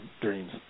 dreams